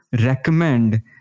recommend